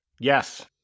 Yes